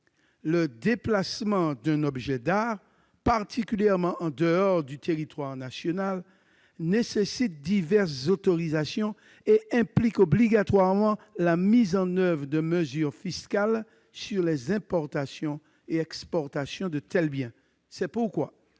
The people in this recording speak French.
le déplacement d'un objet d'art, particulièrement en dehors du territoire national, nécessite diverses autorisations et implique obligatoirement la mise en oeuvre de mesures fiscales sur les importations et exportations de tels biens. Cet amendement